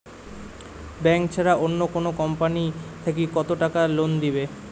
Bank ছাড়া অন্য কোনো কোম্পানি থাকি কত টাকা লোন দিবে?